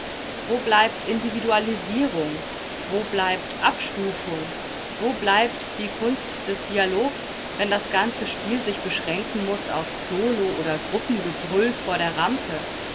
wo bleibt individualisierung wo bleibt abstufung wo bleibt die kunst des dialogs wenn das ganze spiel sich beschränken muß auf solo oder gruppengebrüll vor der rampe